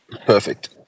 Perfect